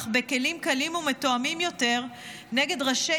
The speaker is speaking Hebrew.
אך בכלים קלים ומתואמים יותר נגד ראשי